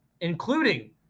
including